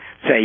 say